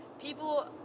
People